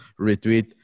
retweet